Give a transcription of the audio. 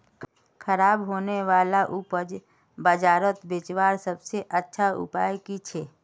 ख़राब होने वाला उपज बजारोत बेचावार सबसे अच्छा उपाय कि छे?